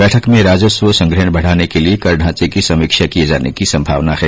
बैठक में राजस्व संग्रह बढ़ाने के लिए कर ढांचे की समीक्षा किए जाने की संभावना है